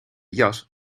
jas